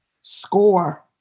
Score